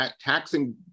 taxing